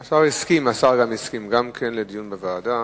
גם השר הסכים לדיון בוועדה,